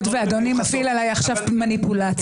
בסוף יש פה כוח בלתי מוחלט על